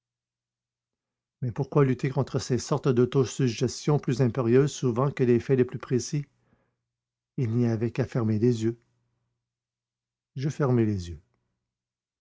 mais pourquoi lutter contre ces sortes d'autosuggestions plus impérieuses souvent que les faits les plus précis il n'y avait qu'à fermer les yeux je fermai les yeux